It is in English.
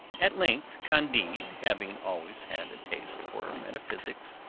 at length candide, having always had a taste for metaphysics,